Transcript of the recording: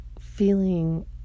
feeling